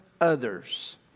others